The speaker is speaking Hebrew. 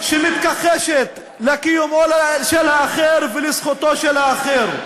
שמתכחשת לקיומו של האחר ולזכותו של האחר.